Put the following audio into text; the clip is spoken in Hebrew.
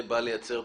נציג.